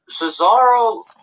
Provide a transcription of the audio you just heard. Cesaro –